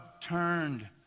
turned